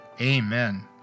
amen